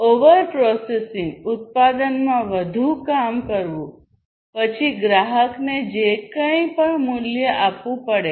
over processing ઉત્પાદનમાં વધુ કામ કરવું પછી ગ્રાહકને જે કંઈપણ મૂલ્ય આપવું પડે